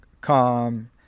calm